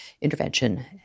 intervention